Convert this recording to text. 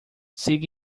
siga